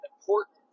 important